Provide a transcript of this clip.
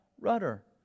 rudder